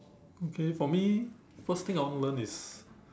okay for me first thing I wanna learn is